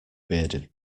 bearded